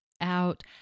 out